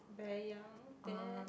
very young then